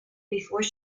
before